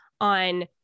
on